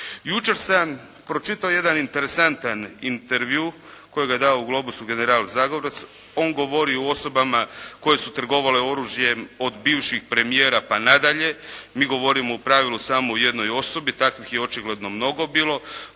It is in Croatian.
Jučer sam pročitao jedan interesantan intervju kojega je dao u “Globusu“ general Zagorec. On govori o osobama koje su trgovale oružjem od bivših premijera na dalje. Mi govorimo u pravilu samo o jednoj osobi. Takvih je očigledno mnogo bilo.